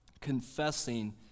confessing